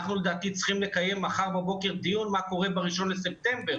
אבל לדעתי אנחנו צריכים לקיים מחר בבוקר דיון מה קורה בראשון בספטמבר,